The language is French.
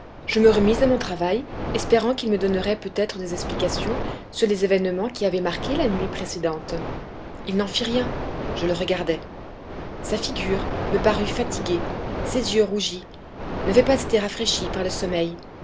je me remis à mon travail espérant qu'il me donnerait peut-être des explications sur les événements qui avaient marqué la nuit précédente il n'en fit rien je le regardai sa figure me parut fatiguée ses yeux rougis n'avaient pas été rafraîchis par le sommeil